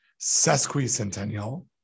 sesquicentennial